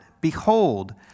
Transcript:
behold